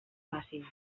facin